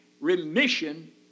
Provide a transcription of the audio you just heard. remission